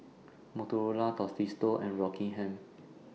Motorola Tostitos and Rockingham